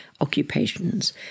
occupations